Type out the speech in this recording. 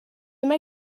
mae